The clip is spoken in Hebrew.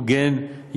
הוגן,